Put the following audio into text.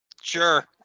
sure